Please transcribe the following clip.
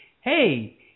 Hey